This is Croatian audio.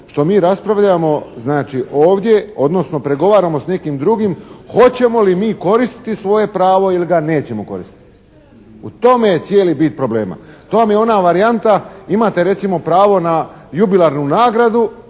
što mi raspravljamo, znači, ovdje, odnosno pregovaramo s nekim drugim hoćemo li mi koristiti svoje pravo ili ga nećemo koristiti. U tome je cijeli bit problema. To vam je ona varijanta, imate recimo pravo na jubilarnu nagradu,